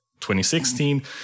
2016